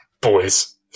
Boys